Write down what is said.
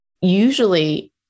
Usually